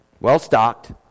Well-stocked